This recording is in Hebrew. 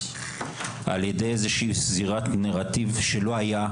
על ידי איזשהו זירת נרטיב שלא היה,